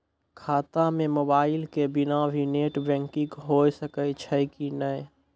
खाता म मोबाइल के बिना भी नेट बैंकिग होय सकैय छै कि नै?